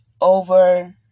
over